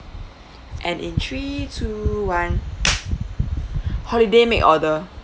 and in three two one holiday make order